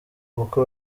kuko